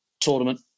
tournament